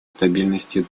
стабильности